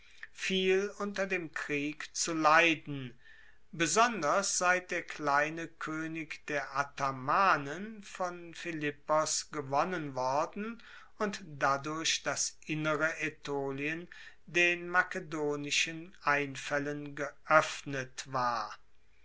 viel unter dem krieg zu leiden besonders seit der kleine koenig der athamanen von philippos gewonnen worden und dadurch das innere aetolien den makedonischen einfaellen geoeffnet war